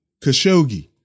Khashoggi